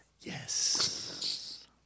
Yes